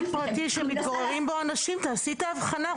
פרטי שמתגוררים בו אנשים תעשי הבחנה,